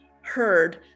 heard